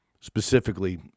specifically